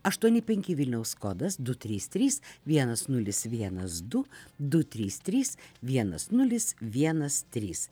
aštuoni penki vilniaus kodas du trys trys vienas nulis vienas du du trys trys vienas nulis vienas trys